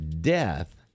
death